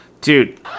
Dude